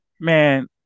Man